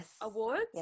awards